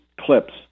clips